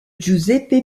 giuseppe